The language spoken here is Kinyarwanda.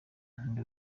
ndi